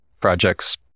projects